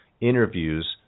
interviews